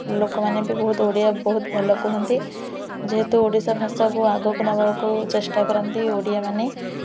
ଲୋକମାନେ ବି ବହୁତ ଓଡ଼ିଆ ବହୁତ ଭଲ କୁହନ୍ତି ଯେହେତୁ ଓଡ଼ିଶା ଭାଷାକୁ ଆଗକୁ ନେବାକୁ ଚେଷ୍ଟା କରନ୍ତି ଓଡ଼ିଆ ମାନେ